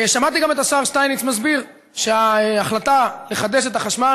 שמעתי גם את השר שטייניץ מסביר שההחלטה לחדש את החשמל